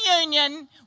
union